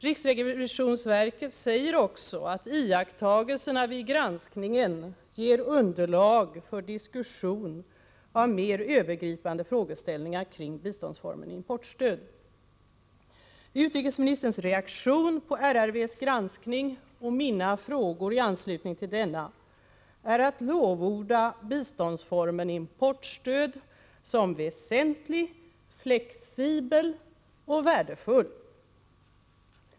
Riksrevisionsverket säger också att iakttagelserna vid granskningen ger underlag för diskussion av mer övergripande frågeställningar kring biståndsformen importstöd. Utrikesministerns reaktion på RRV:s granskning och mina frågor i anslutning till denna är att lovorda biståndsformen importstöd som väsentlig, flexibel och värdefull.